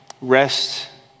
Rest